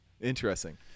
interesting